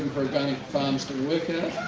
organic farms to work at.